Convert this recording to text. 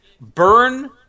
burn